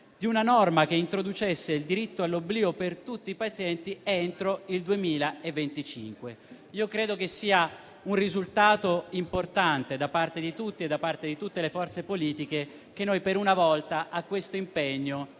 di una norma che introducesse il diritto all'oblio per tutti i pazienti entro il 2025. Io credo che sia un risultato importante, da parte di tutti e da parte di tutte le forze politiche, che noi, per una volta, a questo impegno